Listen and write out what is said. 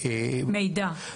מידע.